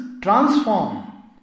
transform